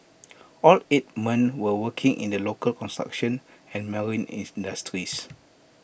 all eight men were working in the local construction and marine industries